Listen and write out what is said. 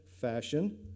fashion